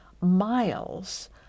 miles